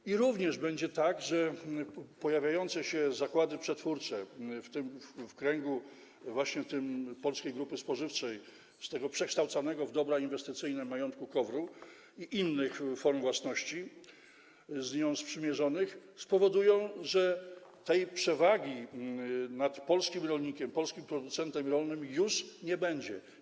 Będzie również tak, że pojawiające się zakłady przetwórcze w kręgu polskiej grupy spożywczej czy tego przekształcanego w dobra inwestycyjne majątku KOWR-u i innych form własności z nią sprzymierzonych spowodują, że tej przewagi nad polskim rolnikiem, polskim producentem rolnym już nie będzie.